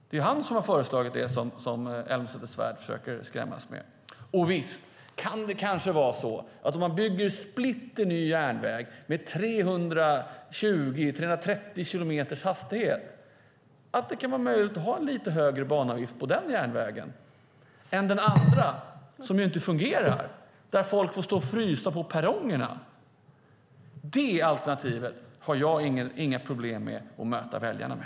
Det är han som har föreslagit det som Elmsäter-Svärd försöker skrämmas med. Och visst kan man kanske, om man bygger splitterny järnväg för hastigheter på 320-330 kilometer i timmen, ha en lite högre banavgift på den järnvägen än på den andra, som inte fungerar och där folk får stå och frysa på perrongerna. Det alternativet har jag inga problem att möta väljarna med.